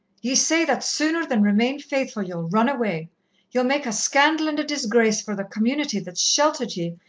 ye say that sooner than remain faithful ye'll run away ye'll make a scandal and a disgrace for the community that's sheltered ye,